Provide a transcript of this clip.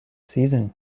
season